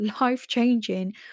life-changing